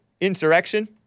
insurrection